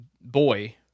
Boy